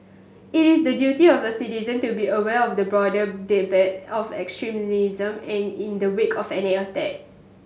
it is the duty of a citizen to be aware of the broader debate of extremism and in the wake of any attack